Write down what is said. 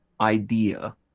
idea